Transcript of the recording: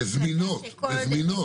וזמינות.